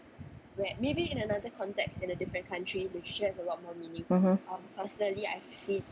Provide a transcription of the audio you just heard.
mmhmm